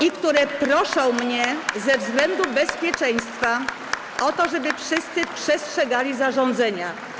i które proszą mnie ze względów bezpieczeństwa o to, żeby wszyscy przestrzegali zarządzenia.